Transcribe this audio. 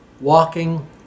walking